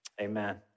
amen